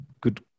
good